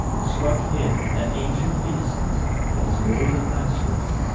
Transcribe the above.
struck him that ancient innocence that is more than mastery.